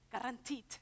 Guaranteed